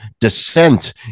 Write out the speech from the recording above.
descent